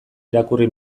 irakurri